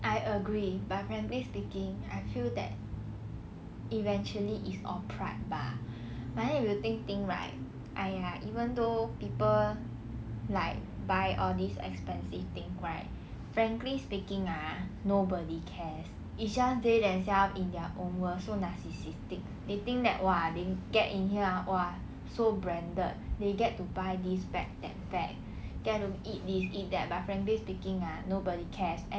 I agree but frankly speaking I feel that eventually it's all pride bah but then if you think think right !aiya! even though people like buy all these expensive thing right frankly speaking ah nobody cares it's just they themselves in their own world so narcissistic they think that !wah! they get in here !wah! so branded they get to buy this bag that bag there to eat these eat that but frankly speaking ah nobody cares